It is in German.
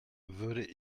würde